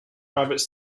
rabbits